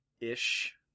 Ish